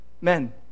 Men